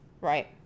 Right